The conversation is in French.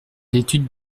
l’étude